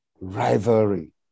rivalry